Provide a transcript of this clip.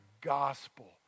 gospel